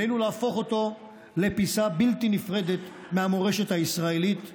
עלינו להפוך אותו לפיסה בלתי נפרדת מהמורשת הישראלית היום-יומית,